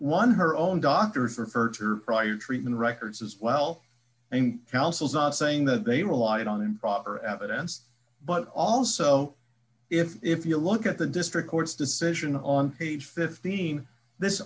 one her own doctors refer to your prior treatment records as well and councils are saying that they relied on improper evidence but also if you look at the district court's decision on page fifteen this